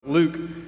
Luke